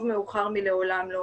טוב מאוחר מלעולם לא.